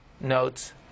notes